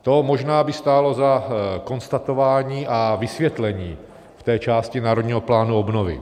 To možná by stálo za konstatování a vysvětlení té části Národního plánu obnovy.